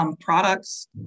products